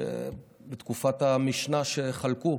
שחלקו,